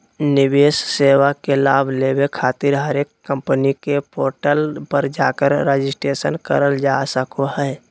निवेश सेवा के लाभ लेबे खातिर हरेक कम्पनी के पोर्टल पर जाकर रजिस्ट्रेशन करल जा सको हय